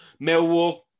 Millwall